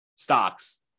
stocks